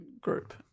group